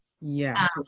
Yes